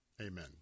amen